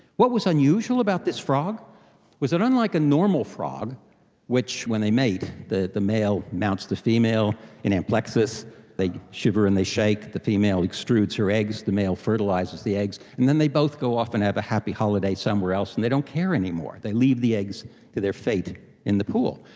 what was unusual about this frog was that unlike a normal frog which, when they mate the the male mounts the female in amplexus they shiver and they shake, the female extrudes her eggs, the male fertilises the eggs, and then they both go off and have a happy holiday somewhere else and they don't care anymore, they leave the eggs to their fate in the pool.